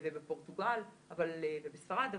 בפורטוגל ובספרד.